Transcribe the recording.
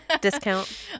discount